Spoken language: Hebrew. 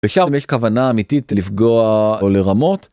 ושם אם יש כוונה אמיתית לפגוע או לרמות.